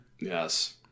Yes